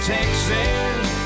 Texas